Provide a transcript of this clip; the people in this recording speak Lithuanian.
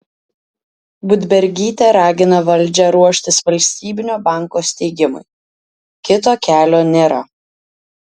budbergytė ragina valdžią ruoštis valstybinio banko steigimui kito kelio nėra